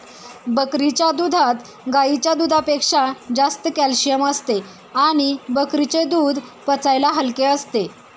बकरीच्या दुधात गाईच्या दुधापेक्षा जास्त कॅल्शिअम असते आणि बकरीचे दूध पचायला हलके असते